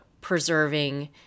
preserving